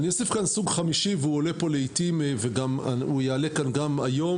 אני אוסיף כאן סוג חמישי שעולה פה לעיתים והוא יעלה כאן גם היום